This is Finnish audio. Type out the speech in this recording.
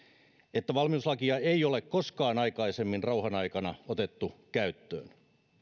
että valmiuslakia ei ole koskaan aikaisemmin rauhan aikana otettu käyttöön